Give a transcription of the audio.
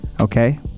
Okay